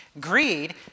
Greed